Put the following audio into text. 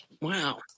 Wow